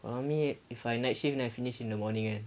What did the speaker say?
for me if I night shift then I finished in the morning kan